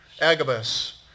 Agabus